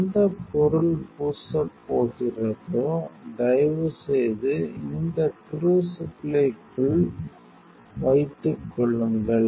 எந்தப் பொருள் பூசப் போகிறதோ தயவு செய்து இந்த க்ரூசிபிள்கக்குள் வைத்துக்கொள்ளுங்கள்